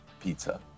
pizza